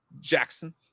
Jackson